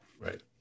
Right